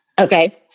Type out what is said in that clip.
Okay